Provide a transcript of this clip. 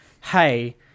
hey